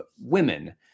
women